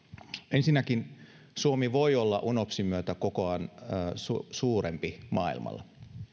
ensinnäkin suomi voi olla unopsin myötä kokoaan suurempi maailmalla